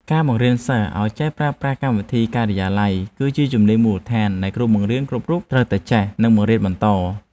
ការបង្រៀនសិស្សឱ្យចេះប្រើប្រាស់កម្មវិធីការិយាល័យគឺជាជំនាញមូលដ្ឋានដែលគ្រូបង្រៀនគ្រប់រូបត្រូវតែចេះនិងបង្រៀនបន្ត។